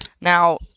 Now